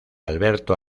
alberto